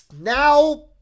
now